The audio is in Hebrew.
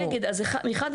מחד,